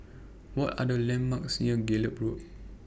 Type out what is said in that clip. What Are The landmarks near Gallop Road